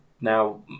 Now